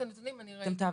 כן.